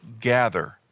gather